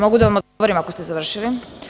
Mogu li da vam odgovorim, ako ste završili?